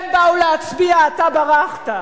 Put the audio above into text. הם באו להצביע, אתה ברחת,